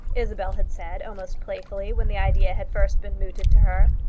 isabel had said, almost playfully, when the idea had first been mooted to her.